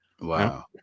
wow